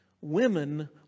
Women